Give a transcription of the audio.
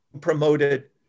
promoted